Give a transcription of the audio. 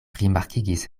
rimarkigis